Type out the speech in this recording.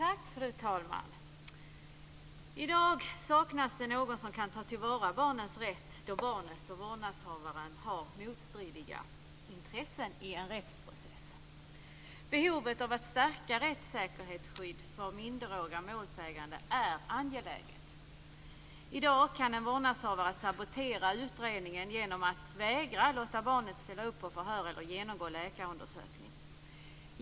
Fru talman! I dag saknas det någon som kan ta till vara barnets rätt då barnet och vårdnadshavaren har motstridiga intressen i en rättsprocess. Behovet av att stärka rättssäkerhetsskyddet för minderåriga målsägande är angeläget. I dag kan en vårdnadshavare sabotera en utredning genom att vägra låta barnet ställa upp på förhör eller genomgå läkarundersökning.